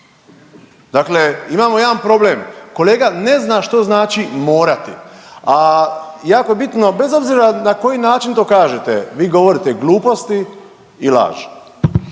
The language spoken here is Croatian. Dakle, imamo jedan problem. Kolega ne zna što znači morati, a jako je bitno bez obzira na koji način to kažete vi govorite gluposti i laž.